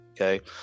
okay